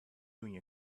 doing